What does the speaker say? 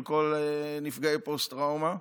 עם כל נפגעי הפוסט-טראומה.